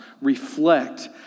reflect